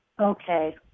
Okay